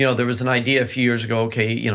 you know there was an idea a few years ago, okay, you know